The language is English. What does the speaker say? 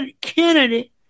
Kennedy